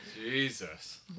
Jesus